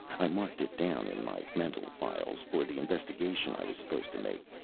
i marked it down in my mental files for the investigation i was supposed to make,